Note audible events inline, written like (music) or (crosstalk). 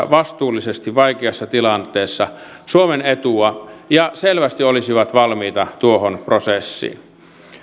(unintelligible) vastuullisesti tässä vaikeassa tilanteessa suomen etua ja selvästi olisivat valmiita tuohon prosessiin